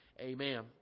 amen